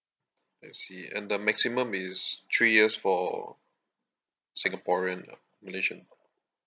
I see and the maximum is three years for singaporean or malaysian